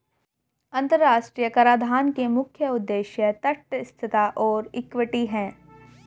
अंतर्राष्ट्रीय कराधान के मुख्य उद्देश्य तटस्थता और इक्विटी हैं